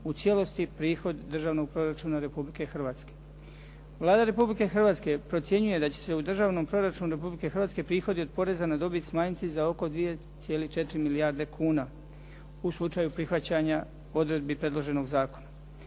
u cijelosti prihod Državnog proračuna Republike Hrvatske. Vlada Republike Hrvatske procjenjuje da će se u Državnom proračunu Republike Hrvatske prihodi od poreza na dobit smanjiti za oko 2,4 milijarde kuna u slučaju prihvaćanja odredbi predloženog zakona.